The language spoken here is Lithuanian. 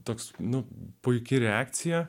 toks nu puiki reakcija